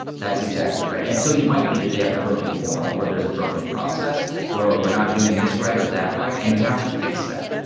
that's exactly right. and so it might be that they have a broken form or there's a broken process or we are not doing this right or that right and you have to fix that.